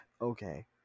okay